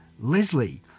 Leslie